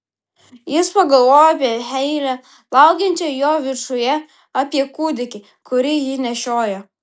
jis pagalvojo apie heilę laukiančią jo viršuje apie kūdikį kurį ji nešioja